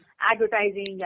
advertising